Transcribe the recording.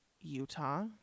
Utah